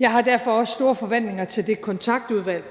Jeg har derfor også store forventninger til det Kontaktudvalg,